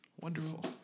Wonderful